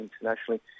internationally